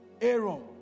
Aaron